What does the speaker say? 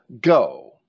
go